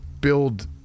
build